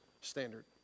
standard